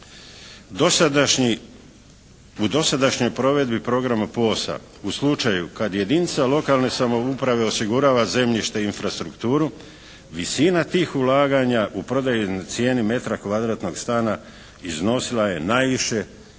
u dosadašnjoj provedbi programa POS-a u slučaju kad jedinica lokalne samouprave osigurava zemljište i infrastrukturu visina tih ulaganja u prodajnoj cijeni metra kvadratnog stana iznosila je najviše